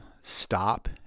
stop